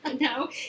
No